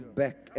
back